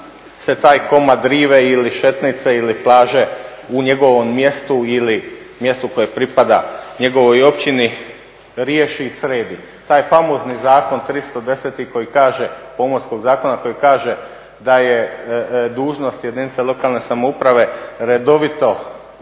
se taj komad rive ili šetnice ili plaže u njegovom mjestu ili mjestu koje pripada njegovoj općini riješi i sredi. Taj famozni zakon 310. koji kaže Pomorskog zakona, koji kaže da je dužnost jedinice lokalne samouprave redovito